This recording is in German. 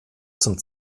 zum